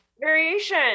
variation